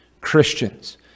Christians